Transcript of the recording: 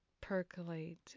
percolate